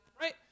Right